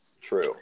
True